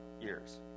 years